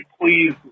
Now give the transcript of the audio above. please